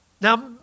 Now